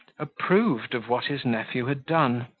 approved of what his nephew had done,